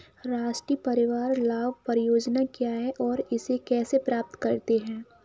राष्ट्रीय परिवार लाभ परियोजना क्या है और इसे कैसे प्राप्त करते हैं?